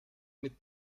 mit